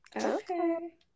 okay